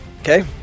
Okay